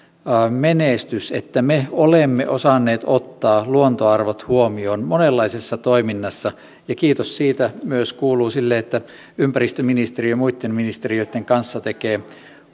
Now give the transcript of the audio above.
menestys että me olemme osanneet ottaa luontoarvot huomioon monenlaisessa toiminnassa kiitos siitä myös kuuluu sille että ympäristöministeriö muitten ministeriöitten kanssa tekee